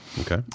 Okay